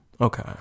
Okay